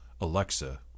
alexa